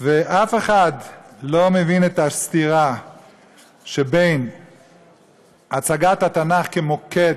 אף אחד לא מבין את הסתירה שבין הצגת התנ"ך כמוקד